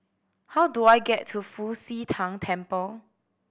how do I get to Fu Xi Tang Temple